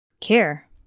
care